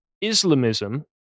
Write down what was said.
Islamism